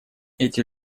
эти